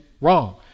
wrong